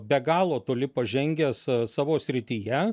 be galo toli pažengęs savo srityje